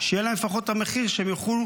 שיהיה להם לפחות את המחיר והם יוכלו